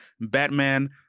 Batman